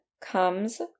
comes